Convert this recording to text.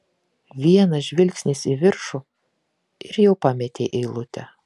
vienas žvilgsnis į viršų ir jau pametei eilutę